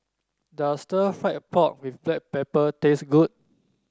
does stir fry pork with Black Pepper taste good